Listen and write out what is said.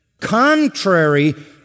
contrary